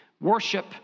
Worship